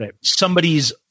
somebody's